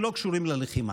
שלא קשורים ללחימה.